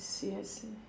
seriously